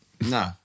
No